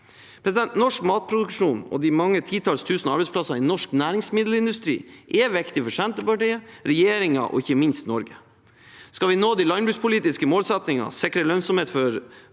sikkerhet. Norsk matproduksjon og de mange titalls tusen arbeidsplasser i norsk næringsmiddelindustri er viktig for Senterpartiet, regjeringen og ikke minst Norge. Skal vi nå de landbrukspolitiske målsettingene, sikre lønnsomhet for